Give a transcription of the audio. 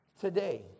today